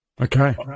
Okay